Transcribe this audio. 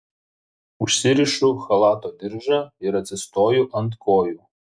užsirišu chalato diržą ir atsistoju ant kojų